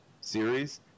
series